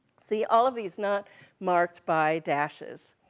see, all of these not marked by dashes.